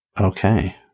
Okay